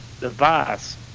Device